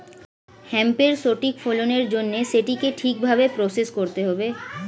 হেম্পের সঠিক ফলনের জন্য সেটিকে ঠিক ভাবে প্রসেস করতে হবে